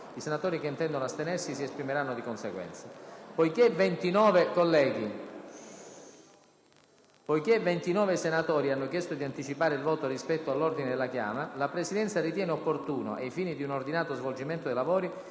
i senatori che intendono astenersi si esprimeranno di conseguenza. Poiché 29 senatori hanno chiesto di anticipare il voto rispetto all'ordine della chiama, la Presidenza ritiene opportuno, ai fini di un ordinato svolgimento dei lavori,